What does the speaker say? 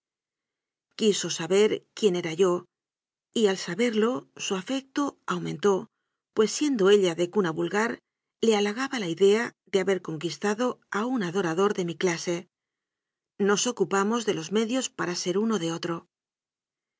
quiso saber quién era yo y al saberlo su afecto aumentó pues siendo ella de cuna vul gar le halagaba la idea de haber conquistado a un adorador de mi clase nos ocupamos de los medios para ser uno de otro